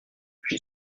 j’y